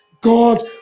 God